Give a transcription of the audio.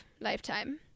lifetime